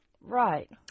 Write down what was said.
right